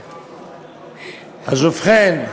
ובכן,